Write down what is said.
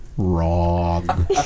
Wrong